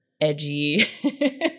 edgy